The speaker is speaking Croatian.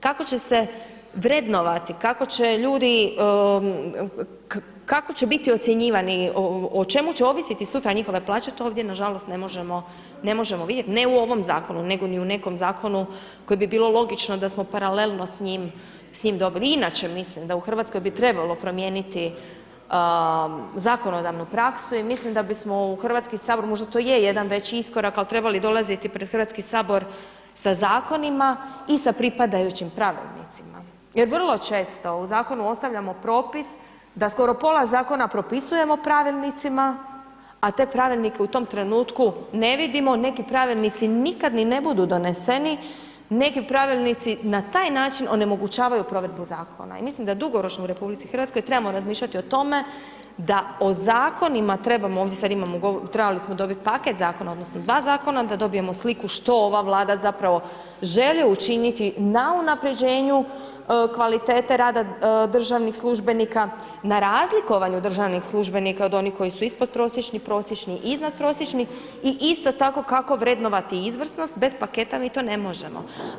Kako će se vrednovati, kako će ljudi, kako će biti ocjenjivani, o čemu će ovisiti sutra njihove plaće, to ovdje nažalost ne možemo vidjeti, ne u ovom zakonu, nego i u nekom zakonu koji bi bilo logično da smo paralelno s njim dobili i inače mislim da u Hrvatskoj bi trebalo promijeniti zakonodavnu praksu i mislim da bi smo u Hrvatski sabor, možda to je jedan veći iskorak ali trebali dolaziti pred Hrvatski sabor sa zakonima i sa pripadajućima pravilnicima jer vrlo često u zakonu ostavljamo propis da skoro pola zakona propisujemo pravilnicima a te pravilnike u tom trenutku ne vidimo niti pravilnici nikad ni ne budu doneseni, neki pravilnici na taj način onemogućavaju provedbu zakona i mislim da dugoročno u RH trebamo razmišljati o tome da o zakonima trebamo, ovdje sad imamo, trebali smo dobiti paket zakona odnosno dva zakona, da dobijemo sliku što ova Vlada zapravo želi učiniti na unaprjeđenju kvalitete rada državnih službenika, na razlikovanju državnih službenika od onih koji su ispodprosječni i prosječni i iznadprosječni i isto tako kako vrednovati izvrsnost, bez paketa mi to ne možemo.